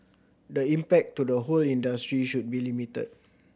the impact to the whole industry should be limited